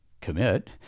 commit